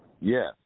Yes